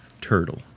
turtle